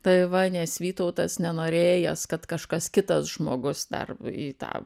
tai va nes vytautas nenorėjęs kad kažkas kitas žmogus dar į tą